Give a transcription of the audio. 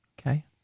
Okay